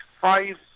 five